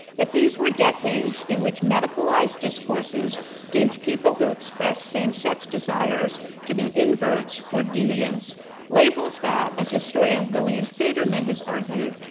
if these were decades in which medicalized discourses deemed people who express same-sex desires to be inverts or deviants labels that, as historian william federman has argued,